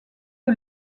que